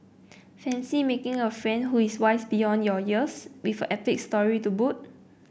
fancy making a friend who is wise beyond your years with epic story to boot